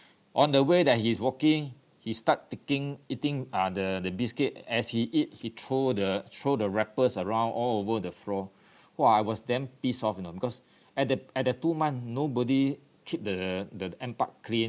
on the way that he is walking he start taking eating uh the the biscuit as he eat he throw the throw the wrappers around all over the floor !wah! I was damn pissed off you know because at the at the two month nobody keep the the N park clean